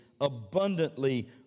abundantly